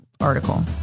article